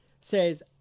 says